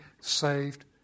saved